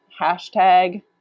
hashtag